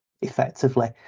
effectively